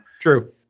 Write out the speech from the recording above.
True